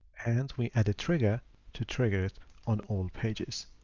and we add a trigger to trigger on all pages.